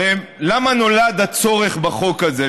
הרי למה נולד הצורך בחוק הזה?